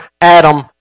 Adam